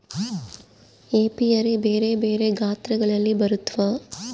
apiary ಬೆರೆ ಬೆರೆ ಗಾತ್ರಗಳಲ್ಲಿ ಬರುತ್ವ